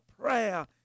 prayer